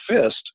fist